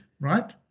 right